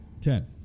Ten